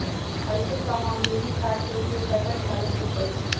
अइसे तऽ हम डेबिट कार्ड के उपयोग पैसा निकाले के लेल करइछि